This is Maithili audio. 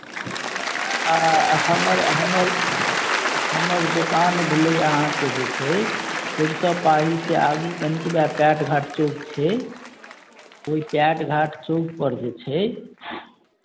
आ हमर हमर हमर दोकान भेलै अहाँके जे छै सरिसब पाहीसँ आगू कनिकबए पैटघाट चौक छै ओहि पैटघाट चौकपर जे छै